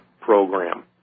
program